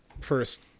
first